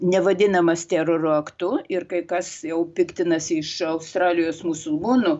nevadinamas teroro aktu ir kai kas jau piktinasi iš australijos musulmonų